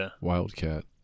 Wildcat